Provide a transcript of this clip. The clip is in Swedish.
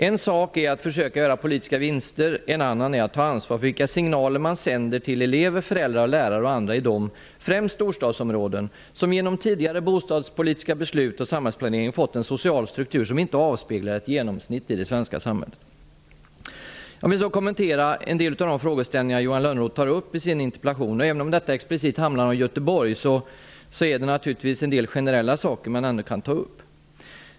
En sak är att försöka göra politiska vinster, en annan är att ta ansvar för vilka signaler man sänder till elever, föräldrar, lärare och andra i främst de storstadsområden som genom tidigare bostadspolitiska beslut och samhällsplanering fått en social struktur som inte avspeglar ett genomsnitt av det svenska samhället. Jag vill kommentera en del av de frågeställningar Johan Lönnroth tar upp i sin interpellation. Även om detta explicit handlar om Göteborg kan man ändå ta upp en del generella saker.